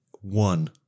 One